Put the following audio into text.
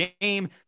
game